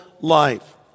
life